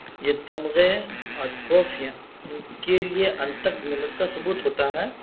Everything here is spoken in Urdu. یہ تمغے اور ٹرافیاں ان کے لیے انتھک محنت کا ثبوت ہوتا ہے